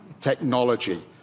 technology